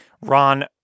Ron